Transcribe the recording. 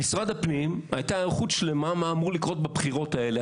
למשרד הפנים הייתה היערכות שלמה למה אמור לקרות בבחירות האלה,